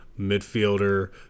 midfielder